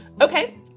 Okay